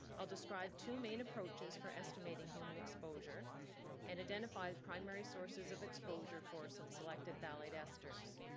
i'll describe two main approaches for estimating human exposure and identify primary sources of exposure for some selected phthalate esters.